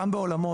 גם בעולמות,